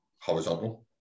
horizontal